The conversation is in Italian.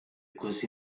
così